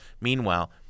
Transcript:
Meanwhile